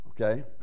okay